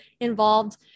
involved